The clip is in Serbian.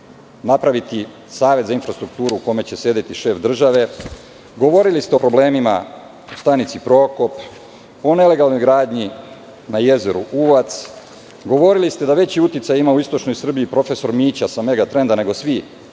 napraviti savet za infrastrukturu u kome će sedeti šef države. Govorili ste o problemima u stanici Prokop, o nelegalnoj gradnji na jezeru Uvac, govorili ste da veći uticaj ima u istočnoj Srbiji profesor Mića sa "Megatrenda" nego svi iz